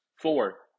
Four